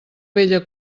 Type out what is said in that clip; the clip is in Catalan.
vella